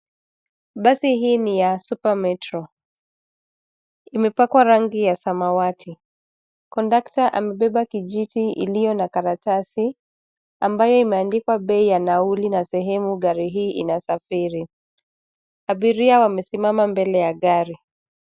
Basi hii ni ya Supermetro. Imepakwa rangi ya samawati . Conductor amebeba kijiti iliyo na karatasi ambayo imeandikwa bei ya nauli na sehemu gari hii inasafiri. Abiria wamesimama mbele ya gari.